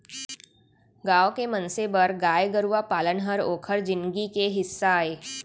गॉँव के मनसे बर गाय गरूवा पालन हर ओकर जिनगी के हिस्सा अय